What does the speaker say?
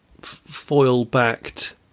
foil-backed